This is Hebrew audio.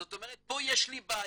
זאת אומרת פה יש לי בעיה,